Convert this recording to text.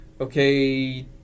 okay